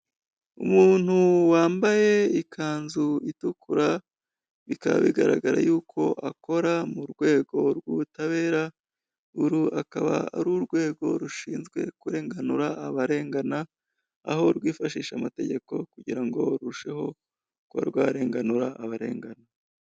Umuntu wambaye ikanzu itukura, bikaba bigaragara y'uko akora mu rwego rw'ubutabera, uru akaba ari urwego rushinzwe kurenganura abarengana, aho rwifashisha amategeko kugira ngo rurusheho kuba rwarenganura abarengana.